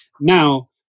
Now